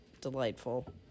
delightful